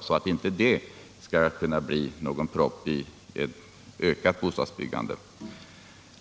så att brist på tomtmark inte blir någon flaskhals för ökat bostadsbyggande.